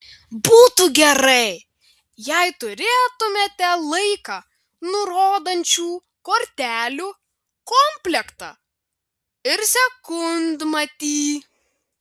būtų gerai jei turėtumėte laiką nurodančių kortelių komplektą ir sekundmatį